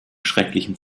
schrecklichen